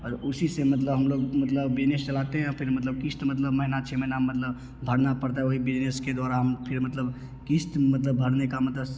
और उसी से मतलब हम लोग मतलब बिजनेस चलाते हैं और फिर मतलब क़िश्त मतलब महीना छ महीना मतलब भरना पड़ता वही बिजनेस के द्वारा हम फिर मतलब क़िश्त मतलब भरने का मतलब